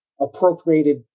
appropriated